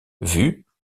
vues